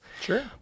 Sure